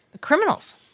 criminals